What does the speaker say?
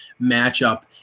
matchup